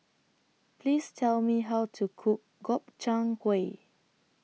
Please Tell Me How to Cook Gobchang Gui